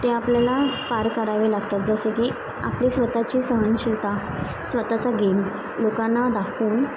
ते आपल्याला पार करावे लागतात जसे की आपली स्वतःची सहनशीलता स्वतःचा गेम लोकांना दाखवून